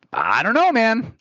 i don't know, man.